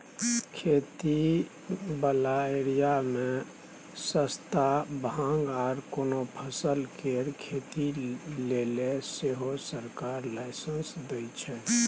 खेती बला एरिया मे पोस्ता, भांग आर कोनो फसल केर खेती लेले सेहो सरकार लाइसेंस दइ छै